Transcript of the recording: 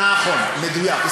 נכון, מדויק.